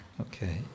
okay